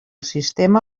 sistema